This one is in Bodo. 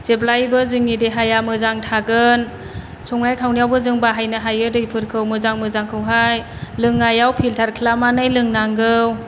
जेब्लायबो जोंनि देहाया मोजां थागोन संनाय खावनायावबो जों बाहायनो हायो दैफोरखौ मोजां मोजांखौहाय लोंनायाव फिलटार खालामनानै लोंनांगौ